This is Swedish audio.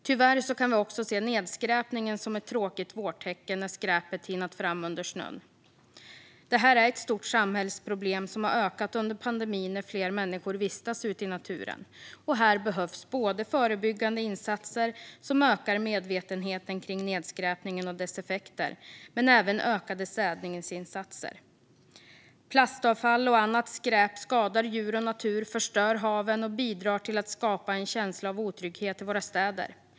Tyvärr kan vi också se nedskräpningen som ett tråkigt vårtecken när skräpet tinat fram under snön. Det är ett stort samhällsproblem, och det har ökat under pandemin när fler människor vistas ute i naturen. Här behövs både förebyggande insatser som ökar medvetenheten kring nedskräpningen och dess effekter och även ökade städningsinsatser. Plastavfall och annat skräp skadar djur och natur, förstör haven och bidrar till att skapa en känsla av otrygghet i våra städer.